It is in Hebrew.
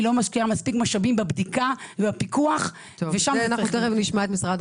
היא לא משקיעה מספיק משאבים בבדיקה ובפיקוח ושם צריך לבדוק.